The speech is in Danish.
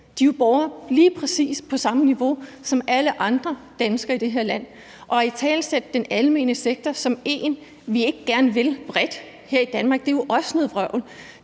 jo borgere på lige præcis det samme niveau som alle andre danskere i det her land. Og at italesætte den almene sektor som en, vi bredt set ikke gerne vil her i Danmark, er jo også noget vrøvl.